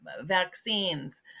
vaccines